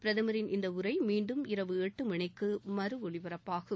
பிரதமரின் இந்த உரை மீண்டும் இரவு எட்டு மணிக்கு மறு ஒலிபரப்பாகும்